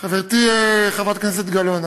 חברתי חברת הכנסת גלאון,